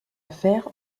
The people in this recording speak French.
affaire